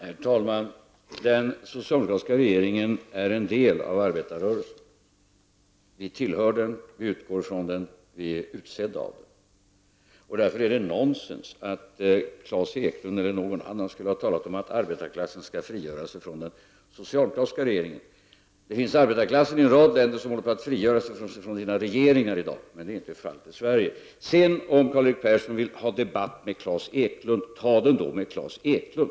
Herr talman! Den socialdemokratiska regeringen är en del av arbetarrörelsen. Vi tillhör den, utgår från den och är utsedda av den. Därför är det nonsens att Klas Eklund eller någon annan skulle ha talat om att arbetarklassen skall frigöra sig från den socialdemokratiska regeringen. Arbetarklassen i en rad länder håller i dag på att frigöra sig från sina regeringar, men detta är inte fallet i Sverige. ; Om Karl-Erik Persson vill ha en debatt med Klas Eklund, så ta den då med Klas Eklund!